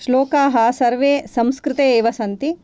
श्लोकाः सर्वे संस्कृते एव सन्ति